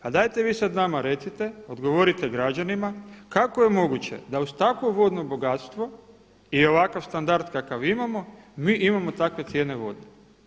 Pa dajte vi sad nama recite, odgovorite građanima kako je moguće da uz takvo vodno bogatstvo i ovakav standard kakav imamo mi imamo takve cijene vode?